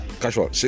Casual